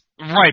Right